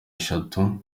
eshatu